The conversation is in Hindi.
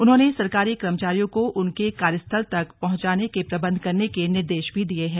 उन्होंने सरकारी कर्मचारियों को उनके कार्यस्थल तक पहुंचाने के प्रबंध करने के निर्देश भी दिये हैं